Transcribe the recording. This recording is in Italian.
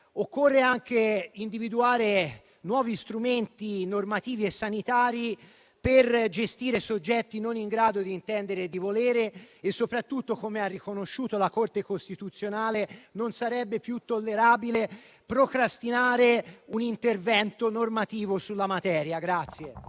occorre anche individuare nuovi strumenti normativi e sanitari per gestire soggetti non in grado di intendere e di volere. Soprattutto, come ha riconosciuto la Corte costituzionale, non è più tollerabile procrastinare un intervento normativo in materia.